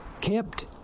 Kept